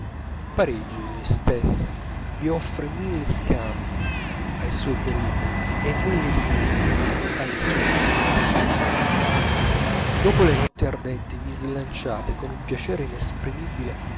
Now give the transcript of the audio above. parigi stessa vi offre mille scampi ai suoi pericoli e mille rimedi alle sue febbri dopo le notti ardenti vi slanciate con un piacere inesprimibile